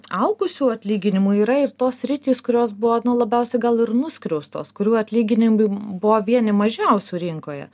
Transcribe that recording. augusių atlyginimų yra ir tos sritys kurios buvo nu labiausiai gal ir nuskriaustos kurių atlyginimai buvo vieni mažiausių rinkoje